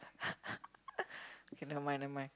okay never mind never mind